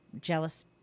jealous